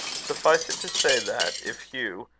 suffice it to say that, if hugh,